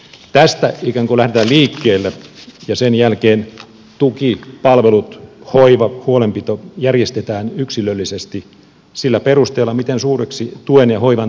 tästä ikään kuin lähdetään liikkeelle ja sen jälkeen tukipalvelut hoiva huolenpito järjestetään yksilöllisesti sillä perusteella miten suureksi tuen ja hoivan tarve arvioidaan